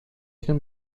can